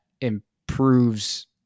improves